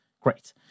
great